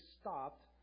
stopped